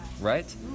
right